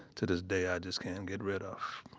to this day, i just can't get rid of.